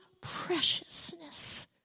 preciousness